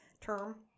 term